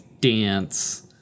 dance